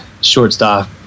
shortstop